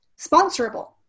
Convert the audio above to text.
sponsorable